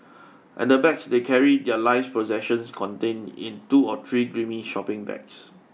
and the bags they carry their life's possessions contained in two or three grimy shopping bags